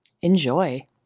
Enjoy